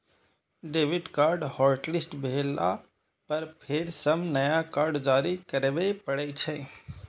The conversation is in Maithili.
डेबिट कार्ड हॉटलिस्ट भेला पर फेर सं नया कार्ड जारी करबे पड़ै छै